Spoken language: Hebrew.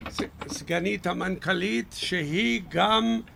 סגנית המנכ״לית שהיא גם